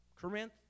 Corinth